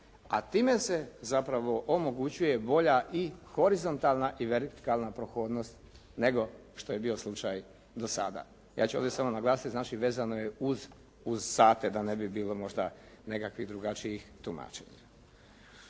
a time se zapravo omogućuje volja i horizontalna i vertikalna prohodnost nego što je bio slučaj do sada. Ja ću ovdje samo naglasiti, znači vezano je uz sate, da ne bi bilo možda nekakvih drugačijih tumačenja.